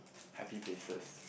happy places